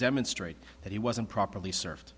demonstrate that he wasn't properly served